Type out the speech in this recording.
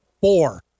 Four